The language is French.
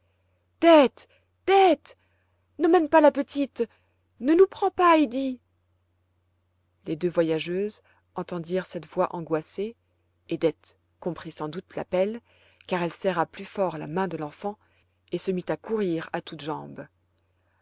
dete dete n'emmène pas la petite ne nous prends pas heidi les deux voyageuses entendirent cette voix angoissée et dete comprit sans doute l'appel car elle serra plus fort la main de l'enfant et se mit à courir à toutes jambes